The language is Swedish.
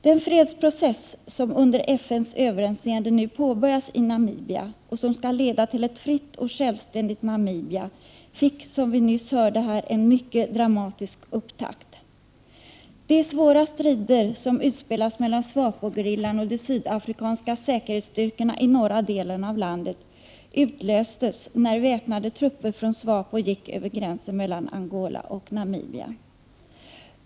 Den fredsprocess som under FN:s överinseende nu påbörjats i Namibia, och som skall leda till ett fritt och självständigt Namibia, fick som vi nyss hörde en mycket dramatisk upptakt. De svåra strider som utspelades mellan SWAPO-gerillan och de sydafrikanska säkerhetsstyrkorna i norra delen av landet utlöstes när väpnade trupper från SWAPO gick över gränsen mellan Angola och Namibia.